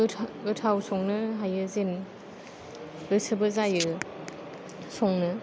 गोथाव संनो हायो जेन गोसोबो जायो संनो